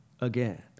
again